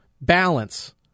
Balance